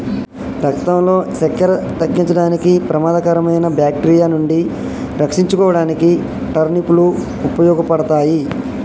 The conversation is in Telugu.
రక్తంలో సక్కెర తగ్గించడానికి, ప్రమాదకరమైన బాక్టీరియా నుండి రక్షించుకోడానికి టర్నిప్ లు ఉపయోగపడతాయి